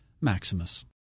Maximus